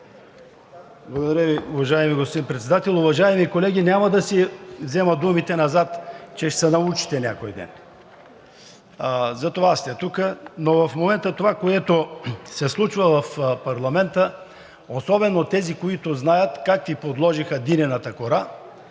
Благодаря Ви, уважаеми господин Председател. Уважаеми колеги, няма да си взема думите назад, че ще се научите някой ден – затова сте тук. Но в момента това, което се случва в парламента, особено тези, които знаят как Ви подложиха динената кора